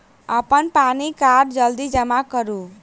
अप्पन पानि कार्ड जल्दी जमा करू?